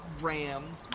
Rams